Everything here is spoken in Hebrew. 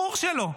ברור שלא.